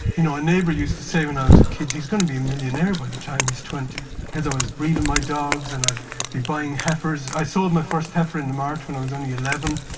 you know a neighbour used to say when i was a kid, he's going to be a millionaire by the time he's twenty because i was breeding my dogs, and i'd be buying heifers. i sold my first heifer in the mart when i was only eleven.